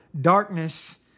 darkness